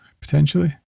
potentially